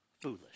Foolish